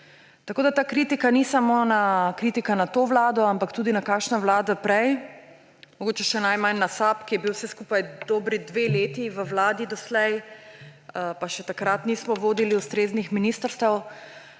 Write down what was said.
Tako ta kritika ni samo kritika na to vlado, ampak tudi na kakšno vlado prej, mogoče še najmanj na SAB, ki je bil vse skupaj dobri dve leti v vladi doslej, pa še takrat nismo vodili ustreznih ministrstev,